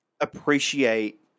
appreciate